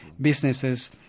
businesses